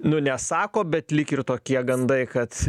nu nesako bet lyg ir tokie gandai kad